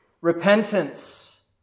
repentance